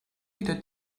wieder